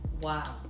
Wow